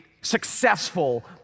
successful